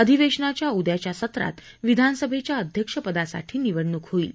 अधिवेशनाच्या उद्याच्या सत्रात विधानसभेच्या अध्यक्षपदासाठी निवडणूक होईल